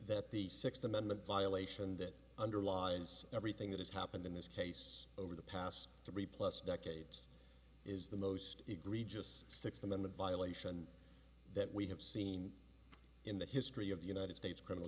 that the sixth amendment violation that underlies everything that has happened in this case over the past three plus decades is the most egregious sixth amendment violation that we have seen in the history of the united states criminal